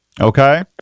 Okay